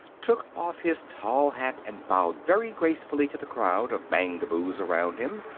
took off his tall hat, and bowed very gracefully to the crowd of mangaboos around him.